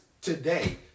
today